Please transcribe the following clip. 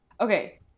Okay